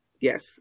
Yes